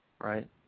right